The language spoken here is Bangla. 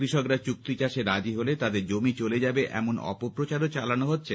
কৃষকরা চুক্তি চাষে রাজি হলে তাদের জমি চলে যাবে এমন অপপ্রচারও চালালো হচ্ছে